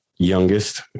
youngest